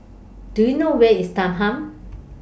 Do YOU know Where IS Thanggam